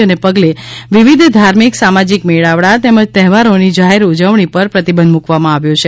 જને પગલે વિવિધ ધાર્મિક સામાજિક મેળાવડા તેમજ તહેવારોની જાહેર ઉજવણી પર પ્રતિબંધ મૂકવામાં આવ્યો છે